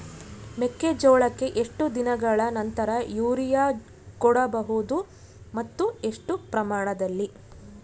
ಮೆಕ್ಕೆಜೋಳಕ್ಕೆ ಎಷ್ಟು ದಿನಗಳ ನಂತರ ಯೂರಿಯಾ ಕೊಡಬಹುದು ಮತ್ತು ಎಷ್ಟು ಪ್ರಮಾಣದಲ್ಲಿ?